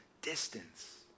distance